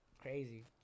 Crazy